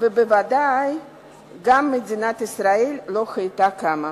ובוודאי גם מדינת ישראל לא היתה קמה.